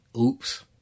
Oops